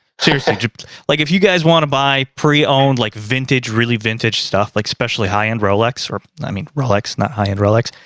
seriously. like, if you guys want to buy pre-owned, like vintage, really vintage stuff. like especially high-end rolex, or i mean rolex, not high-end rolex.